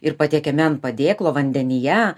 ir patiekiami ant padėklo vandenyje